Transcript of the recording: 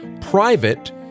private